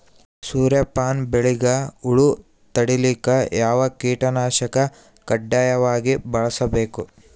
ಸೂರ್ಯಪಾನ ಬೆಳಿಗ ಹುಳ ತಡಿಲಿಕ ಯಾವ ಕೀಟನಾಶಕ ಕಡ್ಡಾಯವಾಗಿ ಬಳಸಬೇಕು?